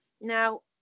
now